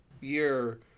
year